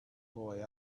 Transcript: boy